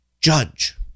judge